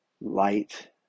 light